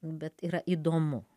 bet yra įdomu